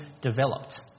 developed